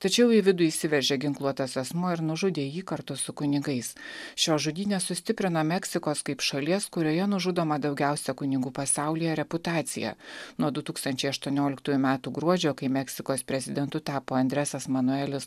tačiau į vidų įsiveržė ginkluotas asmuo ir nužudė jį kartu su kunigais šios žudynės sustiprino meksikos kaip šalies kurioje nužudoma daugiausia kunigų pasaulyje reputaciją nuo du tūkstančiai aštuonioliktųjų metų gruodžio kai meksikos prezidentu tapo andresas manuelis